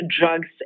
drugs